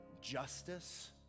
justice